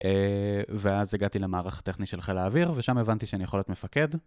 ואז הגעתי למערך הטכני של חיל האוויר, ושם הבנתי שאני יכול להיות מפקד.